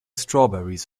strawberries